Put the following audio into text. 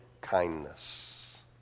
kindness